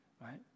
right